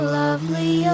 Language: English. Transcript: lovely